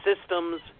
systems